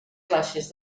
classes